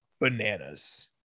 bananas